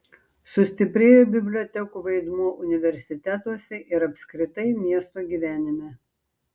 sustiprėjo bibliotekų vaidmuo universitetuose ir apskritai miesto gyvenime